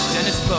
Dennis